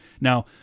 Now